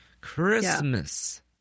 Christmas